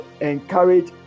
encourage